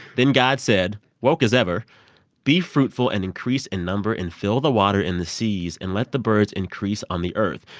then god said woke as ever be fruitful and increase in number, and fill the water and the seas. and let the birds increase on the earth,